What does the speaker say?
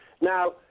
Now